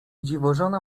dziwożona